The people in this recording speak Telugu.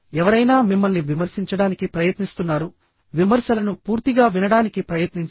ఎవరైనా మిమ్మల్ని విమర్శించడానికి ప్రయత్నిస్తున్నారు విమర్శలను పూర్తిగా వినడానికి ప్రయత్నించండి